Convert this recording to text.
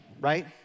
right